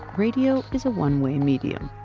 radio is a one-way medium.